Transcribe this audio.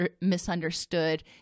misunderstood